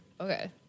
Okay